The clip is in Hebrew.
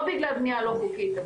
לא בגלל בנייה לא חוקית,